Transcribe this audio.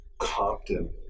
Compton